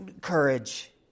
courage